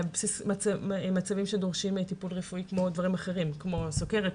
על בסיס מצבים שדורשים טיפול רפואי כמו דברים אחרים: סוכרת,